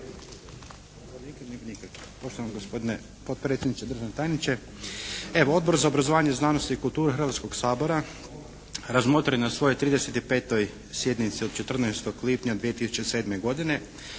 Željko (MDS)** Poštovani gospodine potpredsjedniče, državni tajniče. Evo Odbor za obrazovanje, znanost i kulturu Hrvatskog sabora razmotrio je na svojoj 35. sjednici od 14. lipnja 2007. godine